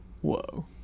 Whoa